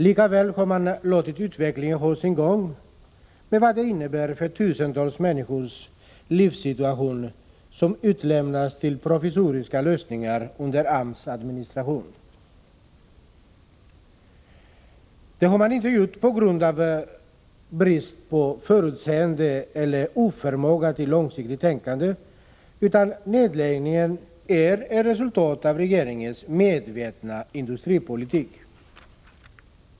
Likväl har man låtit utvecklingen ha sin gång med vad det innebär för livssituationen för tusentals människor, som utlämnats till provisoriska lösningar under AMS administration. Det har man inte gjort på grund av brist på förutseende eller oförmåga till långsiktigt tänkande — nedläggningen är ett resultat av regeringens medvetna industripolitik.